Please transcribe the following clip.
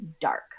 dark